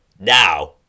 now